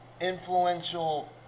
influential